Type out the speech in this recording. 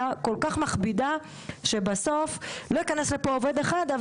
כל כך מכבידה שבסוף לא ייכנס לפה עובד אחד,